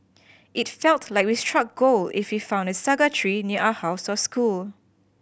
it felt like we struck gold if we found a saga tree near our house or school